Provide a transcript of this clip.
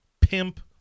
pimp